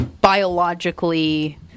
biologically